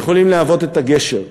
יכולים להוות את הגשר.